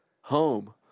home